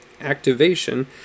activation